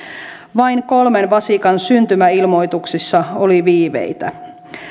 vain kolmen vasikan syntymäilmoituksissa oli viiveitä